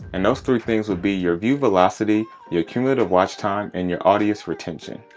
and those three things would be your view velocity, your accumulated watch time, and your audience retention.